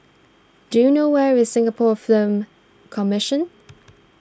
do you know where is Singapore Film Commission